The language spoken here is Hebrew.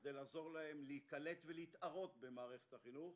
כדי לעזור להם להיקלט ולהתערות במערכת החינוך,